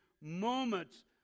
moments